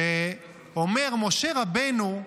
שאומר: משה רבנו,